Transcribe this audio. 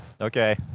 okay